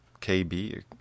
KB